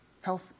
health